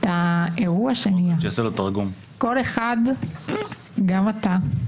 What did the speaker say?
כל אחד, גם אתה,